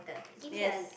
yes